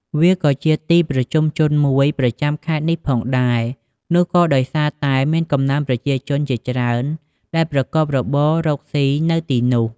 វាក៏ជាទីប្រជុំជនមួយប្រចាំខេត្តនេះផងដែរ នោះក៏ដោយសារតែមានកំណើនប្រជាជនជាច្រើនដែលប្រកបរបររកស៊ីនៅទីនោះ។